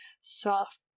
soft